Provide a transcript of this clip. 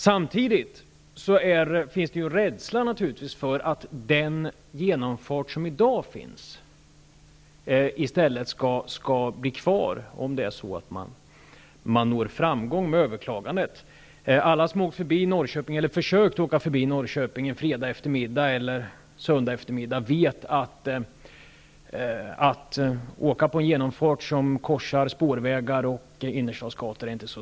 Samtidigt finns naturligtvis en rädsla för att den genomfart som i dag finns i stället skall bli kvar om man når framgång med överklagandet. Alla som har försökt att åka förbi Norrköping en fredagseftermiddag eller en söndagseftermiddag vet att det inte är särskilt lätt att åka på en genomfart som korsar spårvägar och innerstadsgator.